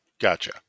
Gotcha